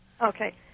Okay